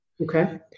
Okay